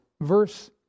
verse